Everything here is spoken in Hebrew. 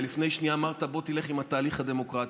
הרי לפני שנייה אמרת: בוא תלך עם התהליך הדמוקרטי.